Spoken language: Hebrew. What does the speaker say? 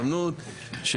אני מנצל את ההזדמנות לאחל,